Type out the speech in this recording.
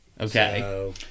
Okay